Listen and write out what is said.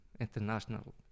international